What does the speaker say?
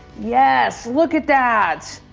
yes. look at that,